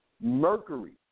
Mercury